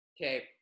Okay